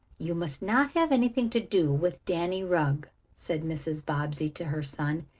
you must not have anything to do with danny rugg, said mrs. bobbsey to her son.